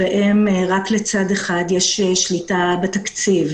נוסף הוא ההגדרה האמורפית והמאוד רחבה כרגע שיש בהצעת החוק,